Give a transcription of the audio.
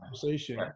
conversation